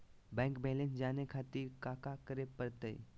Bank balance जाने खातिर काका करे पड़तई?